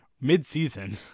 mid-season